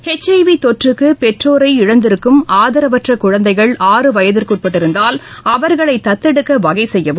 HIV தொற்றுக்கு பெற்றோரை இழந்திருக்கும் ஆறு வயதிற்குட்பட்டிருந்தால் அவர்களை தத்தெடுக்க வகைசெய்யவும்